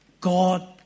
God